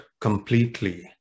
completely